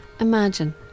Imagine